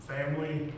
Family